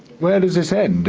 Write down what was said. where does this end?